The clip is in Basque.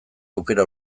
aukera